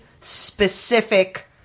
specific